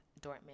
Dortmund